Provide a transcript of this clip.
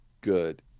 good